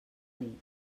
nit